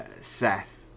Seth